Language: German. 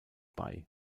bei